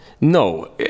No